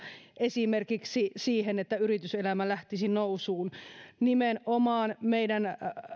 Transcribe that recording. esimerkiksi siihen että yrityselämä lähtisi nousuun meidän